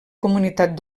comunitat